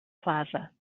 plaza